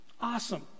Awesome